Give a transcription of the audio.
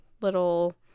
little